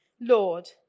Lord